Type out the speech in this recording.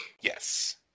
Yes